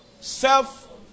self